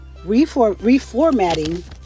Reformatting